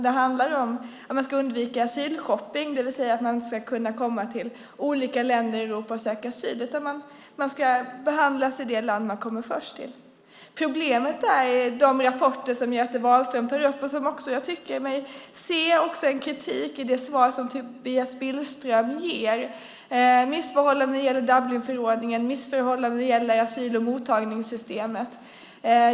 Det handlar om att man ska undvika asylshopping, det vill säga att man inte ska kunna komma till olika länder i Europa och söka asyl. Man ska behandlas i det land man kommer till först. Problemet är det som beskrivs i de rapporter som Göte Wahlström tar upp. Jag tycker mig uppfatta en kritik i det svar som Tobias Billström ger. Det är fråga om missförhållanden när det gäller Dublinförordningen och missförhållanden när det gäller asyl och mottagningssystemet.